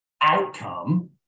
outcome